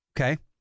Okay